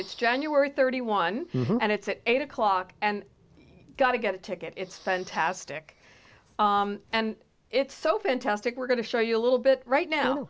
it's january thirty one and it's at eight o'clock and i got to get a ticket it's fantastic and it's so fantastic we're going to show you a little bit right now